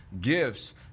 gifts